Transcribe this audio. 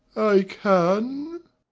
i can.